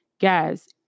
Guys